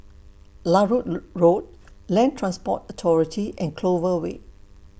Larut Road Land Transport Authority and Clover Way